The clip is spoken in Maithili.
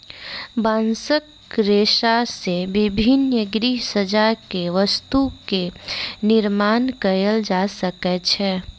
बांसक रेशा से विभिन्न गृहसज्जा के वस्तु के निर्माण कएल जा सकै छै